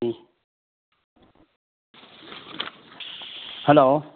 ꯎꯝ hello